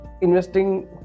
investing